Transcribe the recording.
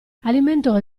alimentò